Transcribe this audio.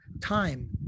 Time